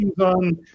on